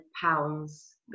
pounds